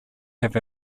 have